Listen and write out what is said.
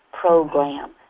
program